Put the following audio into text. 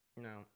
No